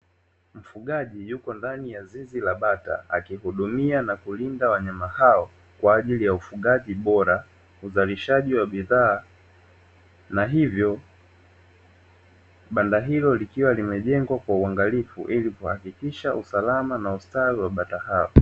Mfugaji yuko ndani ya zizi la bata akihudumia na kulinda wanyama hao, kwa ajili ya ufugaji bora uzalishaji wa bidhaa na hivyo banda hilo likiwa limejengwa kwa uangalifu ili kuhakikisha usalama na ustawi wa bata hao.